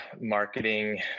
marketing